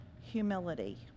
humility